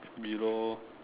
below